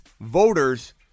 voters